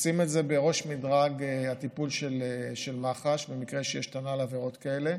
לשים את זה בראש מדרג הטיפול של מח"ש במקרה שיש תלונה על עבירות כאלה,